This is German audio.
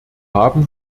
haben